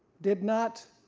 did not